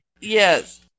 Yes